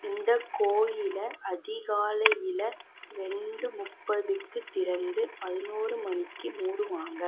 இந்த கோயிலை அதிகாலையில் ரெண்டு முப்பதுக்கு திறந்து பதினொரு மணிக்கு மூடுவாங்க